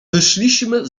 wyszliśmy